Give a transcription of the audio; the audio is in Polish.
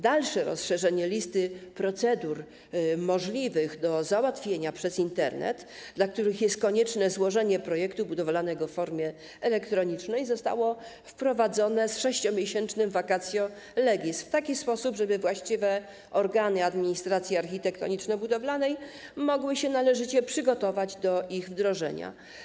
Dalsze rozszerzenie listy procedur możliwych do załatwienia przez Internet, dla których jest konieczne złożenie projektu budowlanego w formie elektronicznej, zostało wprowadzone z 6-miesięcznym vacatio legis w taki sposób, żeby właściwe organy administracji architektoniczno-budowlanej mogły się należycie przygotować do ich wdrożenia.